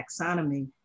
taxonomy